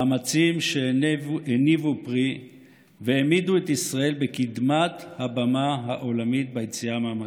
מאמצים שהניבו פרי והעמידו את ישראל בקדמת הבמה העולמית ביציאה מהמגפה.